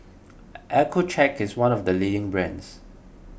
Accucheck is one of the leading brands